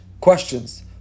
questions